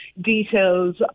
details